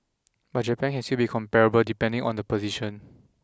but Japan can still be comparable depending on the position